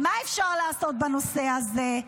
מה אפשר לעשות בנושא הזה?